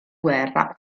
guerra